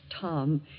Tom